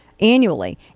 annually